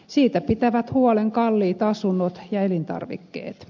siitä pitävät huolen kalliit asunnot ja elintarvikkeet